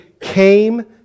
came